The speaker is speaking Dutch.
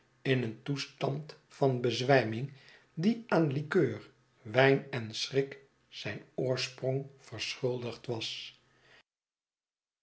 in een toestand van bezwijming die aan likeur wijn en schrik zijn oorsprong verschuldigd was